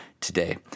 today